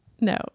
No